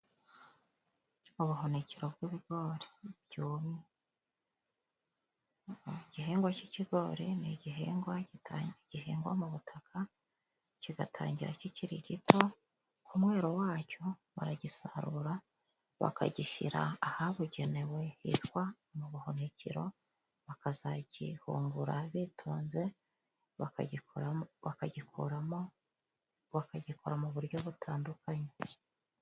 Ubuhunikiro bw'ibigori byumye. Igihingwa cy'ikigori ni igihingwa gihingwa mu butaka，kigatangira kikiri gito，ku mwero wacyo baragisarura bakagishyira ahabugenewe，hitwa mu buhunikiro， bakazakihungura bitonze， bakagikora， bakagikuramo， bakagikora mu buryo butandukanye.